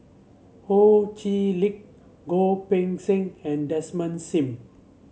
Ho Chee Lick Goh Poh Seng and Desmond Sim